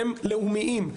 הם לאומיים.